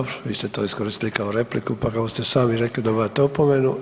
Dobro, vi ste to iskoristili kao repliku, pa kako ste sami rekli dobivate opomenu.